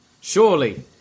Surely